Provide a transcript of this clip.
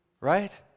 right